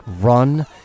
run